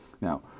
Now